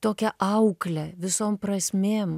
tokią auklę visom prasmėm